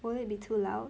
will it be too loud